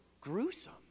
gruesome